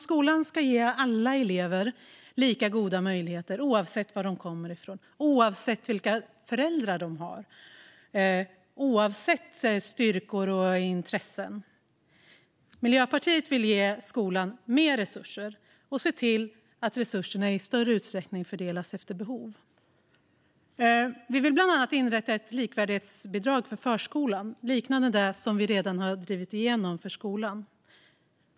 Skolan ska ge alla elever lika goda möjligheter, oavsett var de kommer ifrån, oavsett vilka föräldrar de har och oavsett vilka styrkor och intressen de har. Miljöpartiet vill ge skolan mer resurser och se till att resurserna i större utsträckning fördelas efter behov. Vi vill bland annat inrätta ett likvärdighetsbidrag för förskolan, liknande det som vi redan har drivit igenom för skolan.